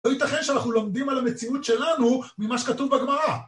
לא ייתכן שאנחנו לומדים על המציאות שלנו ממה שכתוב בגמרא.